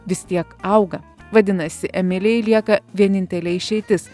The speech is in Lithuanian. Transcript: vis tiek auga vadinasi emilijai lieka vienintelė išeitis